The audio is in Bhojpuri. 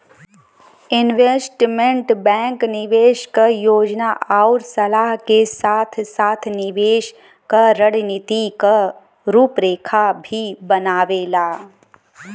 इन्वेस्टमेंट बैंक निवेश क योजना आउर सलाह के साथ साथ निवेश क रणनीति क रूपरेखा भी बनावेला